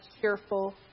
cheerful